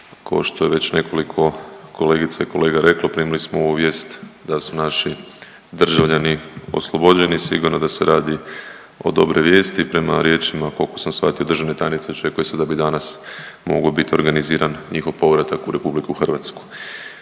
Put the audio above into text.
košto je već nekoliko kolegica i kolega reklo primili smo ovu vijest da su naši državljani oslobođeni, sigurno da se radi o dobroj vijesti, prema riječima koliko sam shvatio državne tajnice očekuje se da bi danas moglo bit organiziran njihov povratak u RH.